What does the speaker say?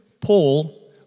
Paul